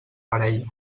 parella